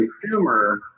consumer